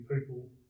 people